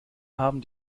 haben